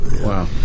Wow